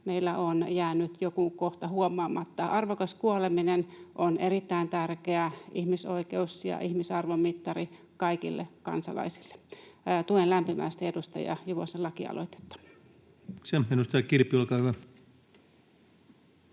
meillä on jäänyt joku kohta huomaamatta. Arvokas kuoleminen on erittäin tärkeä ihmisoikeus ja ihmisarvon mittari kaikille kansalaisille. Tuen lämpimästi edustaja Juvosen lakialoitetta. Kiitoksia. — Edustaja Kilpi, olkaa hyvä.